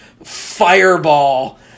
fireball